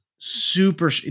super